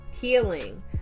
Healing